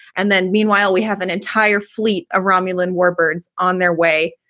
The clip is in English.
and then meanwhile, we have an entire fleet of romulan war birds on their way,